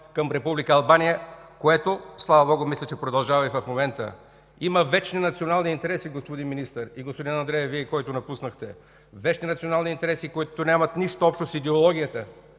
Албания, което, слава Богу, мисля, че продължава и в момента. Има вечни национални интереси, господин Министър и господин Андреев, Вие, който напуснахте. Вечни национални интереси, които нямат нищо общо с идеологията,